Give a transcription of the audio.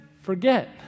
forget